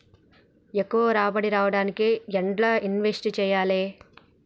ఎక్కువ రాబడి రావడానికి ఎండ్ల ఇన్వెస్ట్ చేయాలే?